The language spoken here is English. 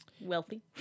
wealthy